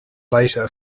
later